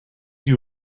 you